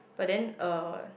but then uh